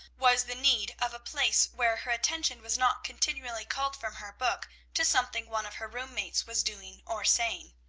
was the need of a place where her attention was not continually called from her book to something one of her room-mates was doing or saying.